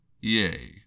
Yea